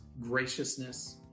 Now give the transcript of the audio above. graciousness